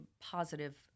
positive